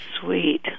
sweet